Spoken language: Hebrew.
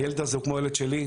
הילד הזה הוא כמו ילד שלי,